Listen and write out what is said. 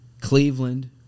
Cleveland